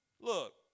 Look